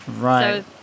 Right